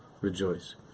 rejoice